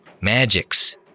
magics